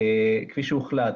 כפי שהוחלט,